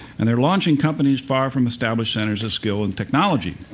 and they're launching companies far from established centers of skill and technology.